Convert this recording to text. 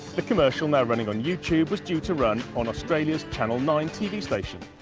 the commercial, now running on youtube, was due to run on austraia's channel nine tv station.